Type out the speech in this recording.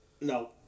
No